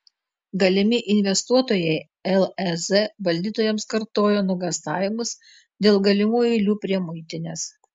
galimi investuotojai lez valdytojams kartojo nuogąstavimus dėl galimų eilių prie muitinės